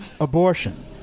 abortion